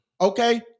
Okay